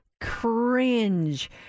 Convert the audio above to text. cringe